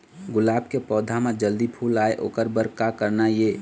गुलाब के पौधा म जल्दी फूल आय ओकर बर का करना ये?